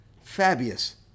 Fabius